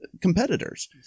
competitors